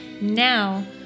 now